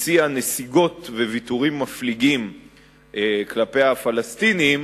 הציעה נסיגות וויתורים מפליגים כלפי הפלסטינים,